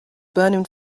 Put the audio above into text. burning